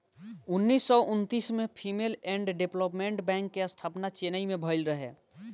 उन्नीस सौ उन्तीस में फीमेल एंड डेवलपमेंट बैंक के स्थापना चेन्नई में भईल रहे